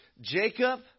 Jacob